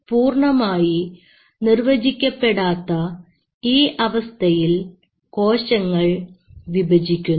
പൂർണമായി നിർവചിക്കപ്പെടാത്ത ഈ അവസ്ഥയിൽ കോശങ്ങൾ വിഭജിക്കുന്നു